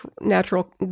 natural